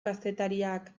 kazetariak